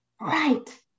Right